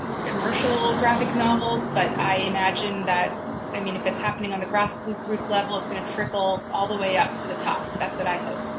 commercial graphic novels, but i imagine i mean if it's happening on the grass roots level, it's going to trickle all the way up to the top. that's what i hope?